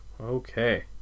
Okay